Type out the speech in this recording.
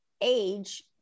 age